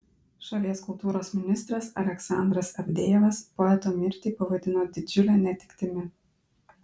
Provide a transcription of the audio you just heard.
šalies kultūros ministras aleksandras avdejevas poeto mirtį pavadino didžiule netektimi